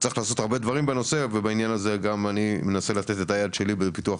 הדברים פה מאוד חשובים, גם באופן אישי וגם באופן